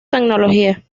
tecnología